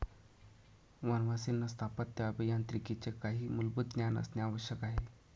वनवासींना स्थापत्य अभियांत्रिकीचे काही मूलभूत ज्ञान असणे आवश्यक आहे